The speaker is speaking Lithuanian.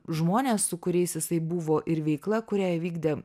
žmonės su kuriais jisai buvo ir veikla kurią įvykdė